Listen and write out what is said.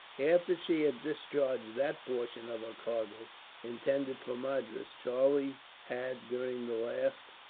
after she had discharged that portion of her cargo intended for madras. charlie had, during the last